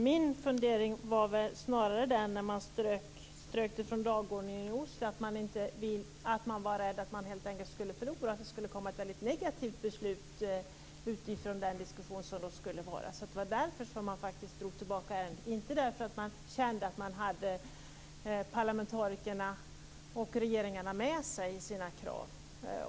Min fundering när man strök detta från dagordningen i Oslo var att man var rädd att man helt enkelt skulle förlora, att det skulle komma ett väldigt negativt beslut utifrån den diskussion som skulle vara och att det var därför man drog tillbaka ärendet, inte för att man kände att man hade parlamentarikerna och regeringarna med sig i sina krav.